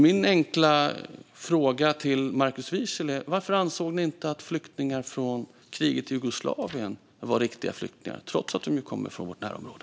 Min enkla fråga till Markus Wiechel är: Varför ansåg ni inte att flyktingar från kriget i Jugoslavien var riktiga flyktingar trots att de ju kom från vårt närområde?